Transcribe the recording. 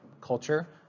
culture